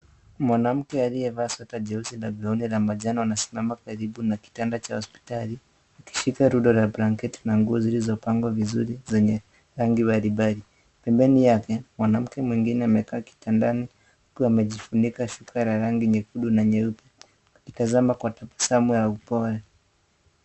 Mwanamke aliyevaa sweta jeusi na la manjano anasimama karibu na kitanda cha hospitali. Akishika rundo la blanketi na nguo zilizopangwa vizuri zenye rangi mbalimbali. Pembeni yake mwanamke mwingine amekaa kitandani akiwa amejifunika shuka la rangi nyekundu na nyeupe akitazama kwa tabasamu ya upole.